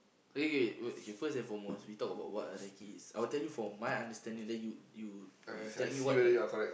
K K wait first and foremost we talk about what other keys I'll tell you from my understanding then you you you tell me what